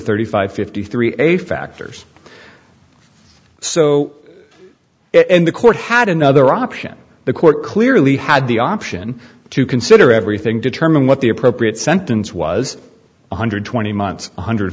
thirty five fifty three a factors so and the court had another option the court clearly had the option to consider everything determine what the appropriate sentence was one hundred twenty months one hundred